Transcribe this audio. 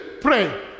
pray